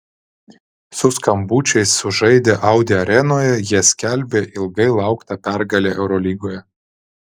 su skambučiais sužaidę audi arenoje jie skelbė ilgai lauktą pergalę eurolygoje